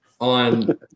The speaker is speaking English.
on